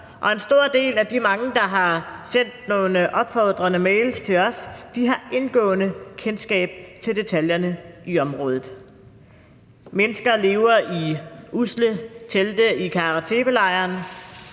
og en stor del af de mange, der har sendt nogle opfordrende mails til os, har indgående kendskab til detaljerne i området. Mennesker lever i usle telte i Kara Tepe-lejren,